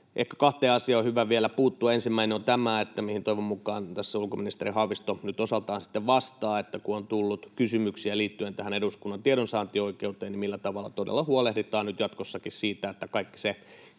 kahteen asiaan: Ensimmäinen on tämä, mihin toivon mukaan tässä ulkoministeri Haavisto nyt osaltaan sitten vastaa, että kun on tullut kysymyksiä liittyen tähän eduskunnan tiedonsaantioikeuteen, niin millä tavalla todella huolehditaan nyt jatkossakin siitä, että kaikki se